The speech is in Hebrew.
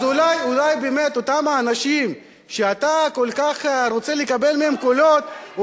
אז אולי באמת אותם האנשים שאתה כל כך רוצה לקבל מהם קולות,